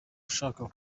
ushaka